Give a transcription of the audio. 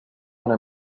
una